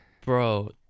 Bro